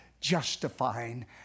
justifying